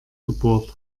gebohrt